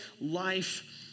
life